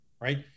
right